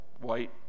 white